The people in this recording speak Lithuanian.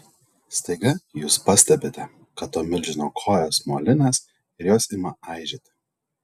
staiga jūs pastebite kad to milžino kojos molinės ir jos ima aižėti